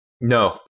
No